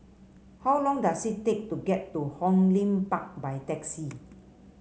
how long does it take to get to Hong Lim Park by taxi